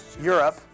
Europe